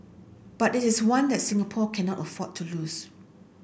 but it is one that Singapore cannot afford to lose